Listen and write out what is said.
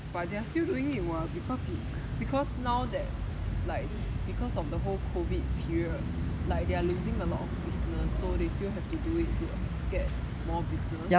but they are still doing it [what] because it because now that like because of the whole COVID period like they're losing a lot of business so they still have to do it to get more business